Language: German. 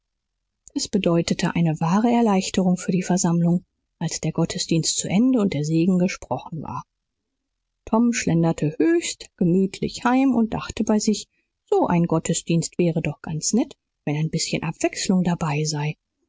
es bedeutete eine wahre erleichterung für die versammlung als der gottesdienst zu ende und der segen gesprochen war tom schlenderte höchst gemütlich heim und dachte bei sich so ein gottesdienst wäre doch ganz nett wenn ein bißchen abwechselung dabei sei